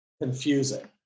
confusing